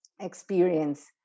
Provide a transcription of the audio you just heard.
experience